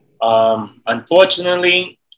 Unfortunately